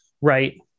right